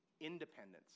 independence